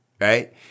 right